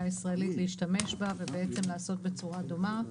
הישראלית להשתמש בה ובעצם לעשות בצורה דומה.